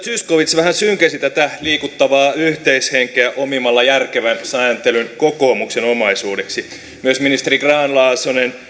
zyskowicz vähän synkensi tätä liikuttavaa yhteishenkeä omimalla järkevän sääntelyn kokoomuksen omaisuudeksi myös ministeri grahn laasonen